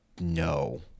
no